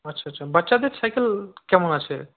আচ্ছা আচ্ছা বাচ্চাদের সাইকেল কেমন আছে